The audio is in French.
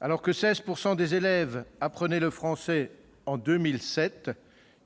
alors que 16 % des élèves apprenaient le français en 2007,